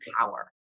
power